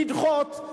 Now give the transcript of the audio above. לדחות,